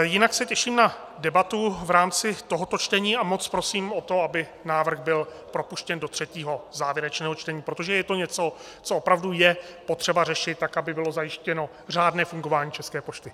Jinak se těším na debatu v rámci tohoto čtení a moc prosím o to, aby návrh byl propuštěn do třetího, závěrečného čtení, protože je to něco, co opravdu je potřeba řešit, tak aby bylo zajištěno řádné fungování České pošty.